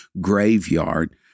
graveyard